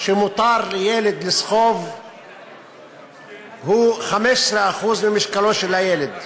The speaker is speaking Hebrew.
שמותר לילד לסחוב הוא 15% ממשקלו של הילד,